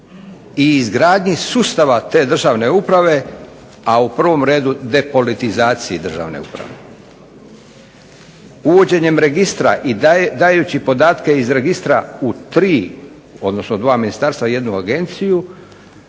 i izgradnji sustava te državne uprave, a u prvom redu depolitizaciji državne uprave. Uvođenjem registra i dajući podatke iz registra u tri, odnosno dva ministarstva i jednu agenciju